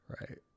Right